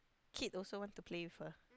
kid also want to play with her